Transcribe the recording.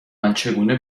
چگونه